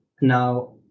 Now